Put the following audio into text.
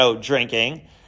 drinking